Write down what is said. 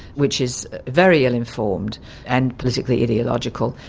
which is very ill-informed and politically ideological.